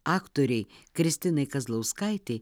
aktorei kristinai kazlauskaitei